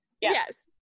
Yes